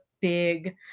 big